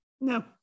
no